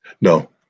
No